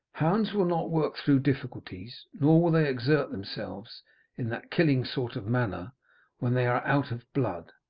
hounds will not work through difficulties, nor will they exert themselves in that killing sort of manner when they are out of blood.